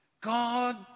God